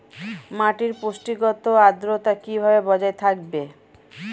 মাটির পুষ্টিগত গুণ ও আদ্রতা কিভাবে বজায় থাকবে?